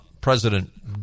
President